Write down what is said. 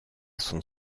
son